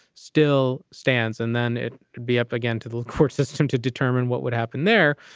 still stands and then it be up again to the court system to determine what would happen there.